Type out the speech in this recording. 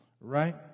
right